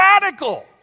radical